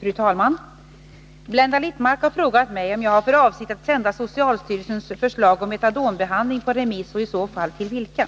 Fru talman! Blenda Littmarck har frågat mig om jag har för avsikt att sända socialstyrelsens förslag om metadonbehandling på remiss och i så fall till vilka.